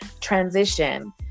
transition